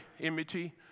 enmity